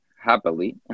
happily